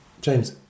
James